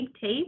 tape